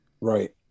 Right